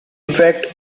fact